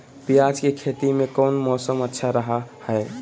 प्याज के खेती में कौन मौसम अच्छा रहा हय?